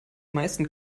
meisten